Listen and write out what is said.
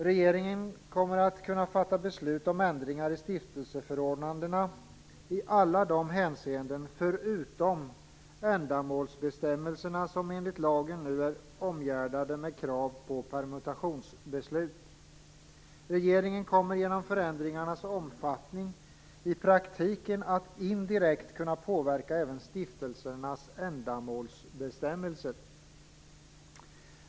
Regeringen kommer att kunna fatta beslut om ändring i stiftelseförordnandena i alla de hänseenden - förutom ändamålsbestämmelserna - som enligt lagen nu är omgärdade med krav på permutationsbeslut. Regeringen kommer genom förändringarnas omfattning i praktiken att indirekt kunna påverka även stiftelsernas ändamålsbestämmelser.